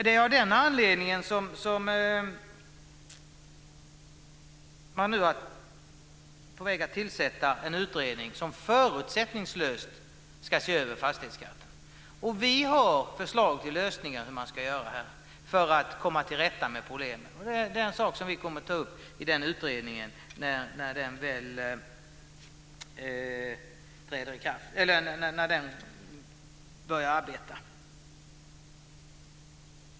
Det är av den anledningen som man nu är på väg att tillsätta en utredning som förutsättningslöst ska se över fastighetsskatten. Vi har förslag till hur man ska göra för att komma till rätta med problemen. Det är något som vi kommer att ta upp i utredningen när den väl börjar arbeta.